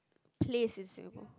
please is sewable